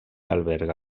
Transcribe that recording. alberga